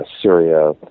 Syria